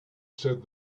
said